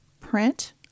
Print